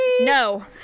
No